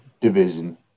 division